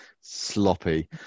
sloppy